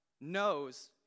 knows